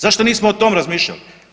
Zašto nismo o tom razmišljali?